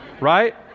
Right